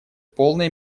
полной